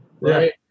right